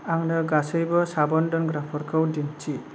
आंनो गासैबो साबोन दोनग्राफोरखौ दिन्थि